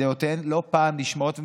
ודעותיהם לא פעם נשמעות ומתקבלות,